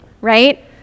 right